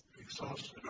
exhausted